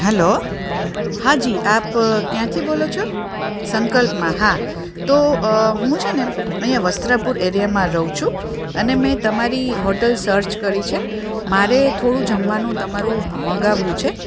hello હાજી આપ ક્યાંથી બોલો છો સંકલ્પમાં હા તો હું છે ને અહીંયાં વસ્ત્રાપુર એરિયામાં રહું છું અને મેં તમારી હોટલ સર્ચ કરી છે મારે થોડું જમવાનું તમારું મગાવવું છે